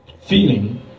Feeling